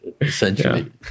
essentially